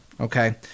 Okay